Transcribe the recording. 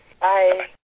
Bye